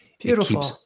Beautiful